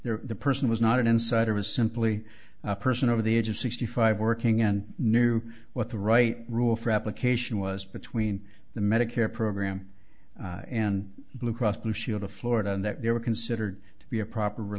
there the person was not an insider was simply a person over the age of sixty five working and knew what the right rule for application was between the medicare program and blue cross blue shield of florida and that they were considered to be a proper